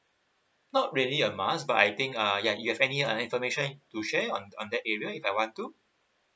not really a must but I think uh ya you have any other information you share on on that area if I want to